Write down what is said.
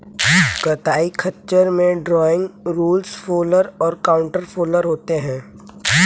कताई खच्चर में ड्रॉइंग, रोलर्स फॉलर और काउंटर फॉलर होते हैं